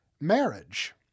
marriage